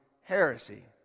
heresy